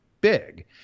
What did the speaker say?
big